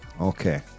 okay